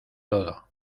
todo